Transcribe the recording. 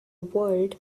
world